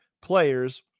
players